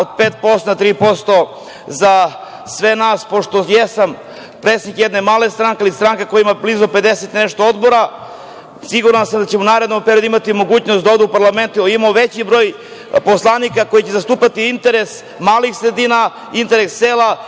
od 5% na 3% za sve nas. Ja sam predsednik jedne male stranke, ali stranke koja ima blizu 50 i nešto odbora. Siguran sam da ćemo u narednom periodu imati mogućnost da ovde u parlamentu imamo veći broj poslanika koji će zastupati interes malih sredina, interes sela,